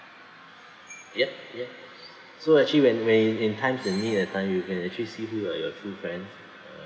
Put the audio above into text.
yep yep so actually when when in times of need that time you can actually see who are your true friend uh